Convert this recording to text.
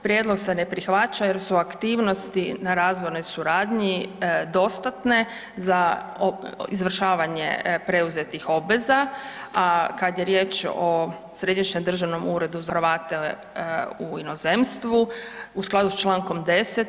Prijedlog se ne prihvaća jer su aktivnosti na razvojnoj suradnji dostatne za izvršavanje preuzetih obveza, a kad je riječ o Središnjem državnom uredu za Hrvate u inozemstvu u skladu s čl. 10.